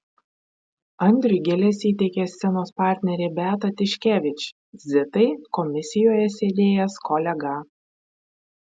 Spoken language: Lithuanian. andriui gėles įteikė scenos partnerė beata tiškevič zitai komisijoje sėdėjęs kolega